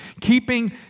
keeping